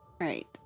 Right